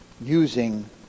using